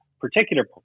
particular